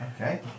Okay